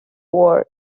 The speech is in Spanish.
world